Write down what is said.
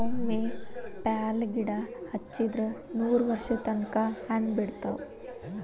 ಒಮ್ಮೆ ಪ್ಯಾರ್ಲಗಿಡಾ ಹಚ್ಚಿದ್ರ ನೂರವರ್ಷದ ತನಕಾ ಹಣ್ಣ ಬಿಡತಾವ